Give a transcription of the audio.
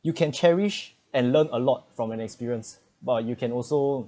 you can cherish and learn a lot from an experience but you can also